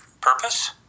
purpose